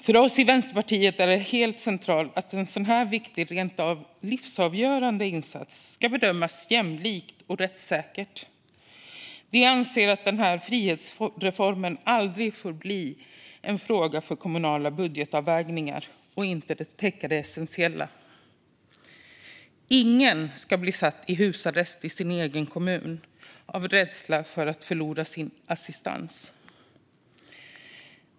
För oss i Vänsterpartiet är det helt centralt att en så här viktig och rent av livsavgörande insats ska bedömas jämlikt och rättssäkert. Vi anser att den här frihetsreformen aldrig får bli en fråga för kommunala budgetavvägningar. Den måste täcka det essentiella. Ingen ska bli satt i husarrest i sin egen kommun av rädsla för att förlora sin assistans.